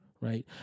right